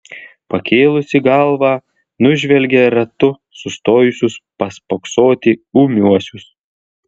pakėlusi galvą nužvelgia ratu sustojusius paspoksoti ūmiuosius